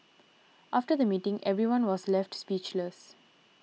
after the meeting everyone was left speechless